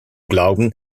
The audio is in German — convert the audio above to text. glauben